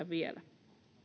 vielä